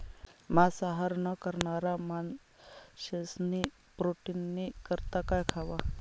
मांसाहार न करणारा माणशेस्नी प्रोटीननी करता काय खावा